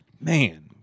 man